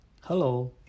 Hello